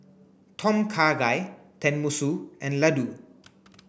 Tom Kha Gai Tenmusu and Ladoo